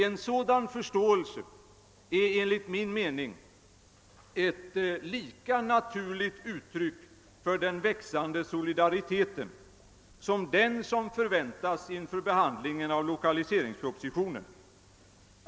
En sådan förståelse är enligt min mening ett lika naturligt uttryck för den växande solidariteten som den förväntas inför behandlingen av lokaliseringspropositionen.